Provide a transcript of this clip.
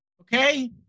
okay